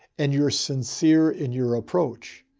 and you're sincere in your approach,